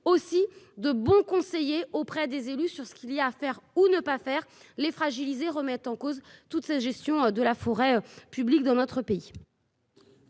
aussi de bons conseillers auprès des élus, sur ce qu'il y a à faire ou ne pas faire les fragiliser, remettent en cause toute sa gestion de la forêt publique dans notre pays.